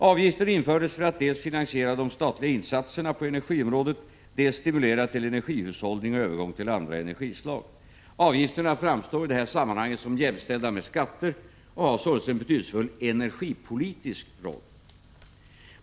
Avgifterna infördes för att dels finansiera de statliga insatserna på energiområdet, dels stimulera till energihushållning och övergång till andra energislag. Avgifterna framstår i detta sammanhang som jämställda med skatter och har således en betydelsefull energipolitisk roll.